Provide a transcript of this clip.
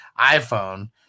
iPhone